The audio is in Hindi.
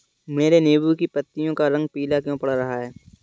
मेरे नींबू की पत्तियों का रंग पीला क्यो पड़ रहा है?